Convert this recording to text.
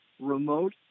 remote